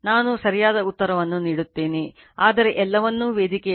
ನಾನು ಸರಿಯಾದ ಉತ್ತರವನ್ನು ನೀಡುತ್ತೇನೆ ಆದರೆ ಎಲ್ಲವನ್ನೂ ವೇದಿಕೆಯಲ್ಲಿ ಇಡುತ್ತೇನೆ